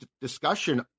discussion